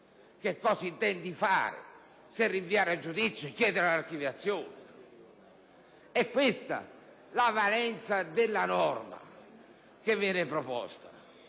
cosa si intende fare, se rinviare a giudizio o chiedere l'archiviazione. È questa la valenza della norma che viene proposta.